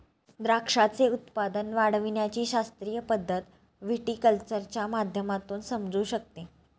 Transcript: द्राक्षाचे उत्पादन वाढविण्याची शास्त्रीय पद्धत व्हिटीकल्चरच्या माध्यमातून समजू शकते